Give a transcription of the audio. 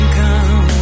come